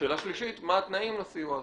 שאלה שלישית: מה התנאים לסיוע הזה,